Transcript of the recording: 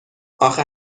آخه